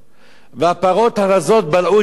והפרות הרזות בלעו את השמנות,